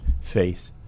faith